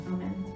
Amen